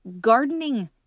gardening